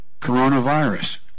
Coronavirus